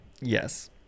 Yes